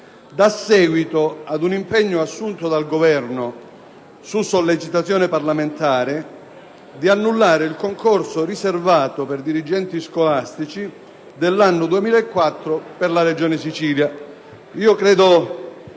dà seguito all'impegno assunto dal Governo, su sollecitazione parlamentare, di annullare il concorso riservato per dirigenti scolastici dell'anno 2004 per la Regione Sicilia